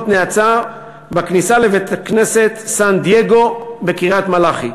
נאצה בכניסה לבית-הכנסת סן-דייגו בקריית-מלאכי.